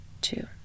two